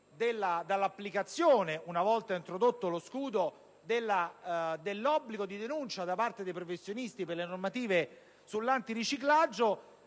all'esclusione - una volta introdotto lo scudo - dell'obbligo di denuncia da parte dei professionisti per le normative antiriciclaggio: